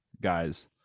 guys